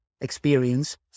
experience